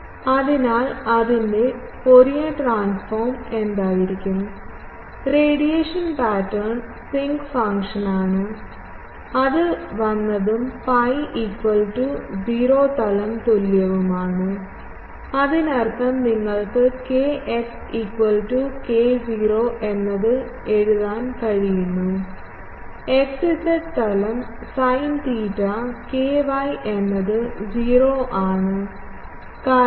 അതിനാൽ അതിന്റെ Fourier transform എന്തായിരിക്കും റേഡിയേഷൻ പാറ്റേൺ സിങ്ക് ഫംഗ്ഷനാണ് അത് വന്നതും pi 0 തലം തുല്യവുമാണ് അതിനർത്ഥം നിങ്ങൾക്ക് kxk0 എന്ന് എഴുതാൻ കഴിയുന്ന xz തലം സൈൻ തീറ്റ ky എന്നത് 0 ആണ് ആണ് കാരണം കോസ് phi1 ആണ്